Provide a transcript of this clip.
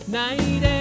night